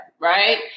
right